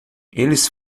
eles